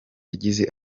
yagize